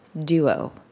duo